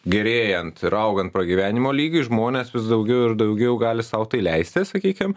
gerėjant ir augant pragyvenimo lygiui žmonės vis daugiau ir daugiau gali sau tai leisti sakykim